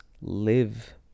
Live